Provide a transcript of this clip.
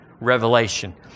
revelation